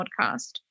podcast